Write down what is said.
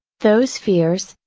those fears,